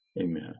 amen